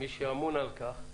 מי שאמון על כך,